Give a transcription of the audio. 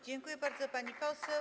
Dziękuję bardzo, pani poseł.